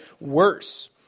worse